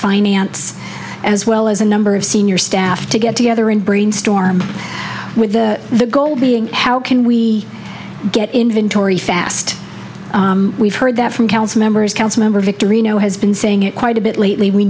finance as well as a number of senior staff to get together and brainstorm with the goal being how can we get inventory fast we've heard that from council members council member victory no has been saying it quite a bit lately we